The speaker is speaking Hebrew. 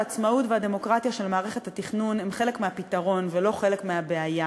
העצמאות והדמוקרטיה של מערכת התכנון הן חלק מהפתרון ולא חלק מהבעיה.